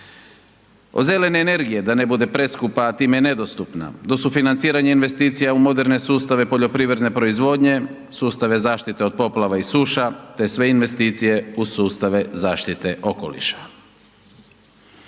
Od zelene energije, da ne bude preskupa, a time i nedostupna, do sufinanciranja investicija u moderne sustave poljoprivredne proizvodnje, sustave zaštite od poplava i suša te sve investicije u sustave zaštite okoliša.